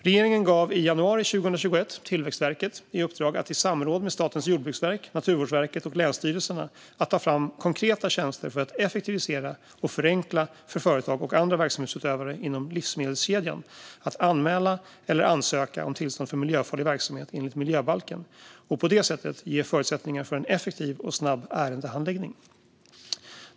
Regeringen gav i januari 2021 Tillväxtverket i uppdrag att i samråd med Statens jordbruksverk, Naturvårdsverket och länsstyrelserna ta fram konkreta tjänster för att effektivisera och förenkla för företag och andra verksamhetsutövare inom livsmedelskedjan att anmäla eller ansöka om tillstånd för miljöfarlig verksamhet enligt miljöbalken och på det sättet ge förutsättningar för en effektiv och snabb ärendehandläggning.